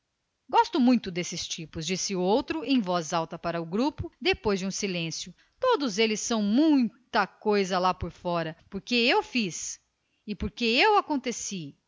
gosto muito destes tipos acrescentou então em voz alta para o grupo inteiro depois de um silêncio todos eles são uma coisa lá por fora porque eu fiz e porque eu aconteci